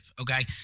okay